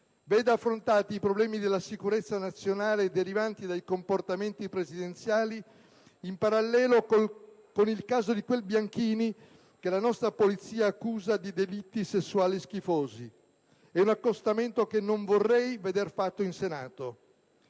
veda affrontati i problemi della sicurezza nazionale derivanti dai comportamenti presidenziali in parallelo con il caso di quel Bianchini che la nostra polizia accusa di delitti sessuali schifosi. È un accostamento che non vorrei veder fatto in Senato.